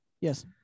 yes